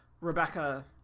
Rebecca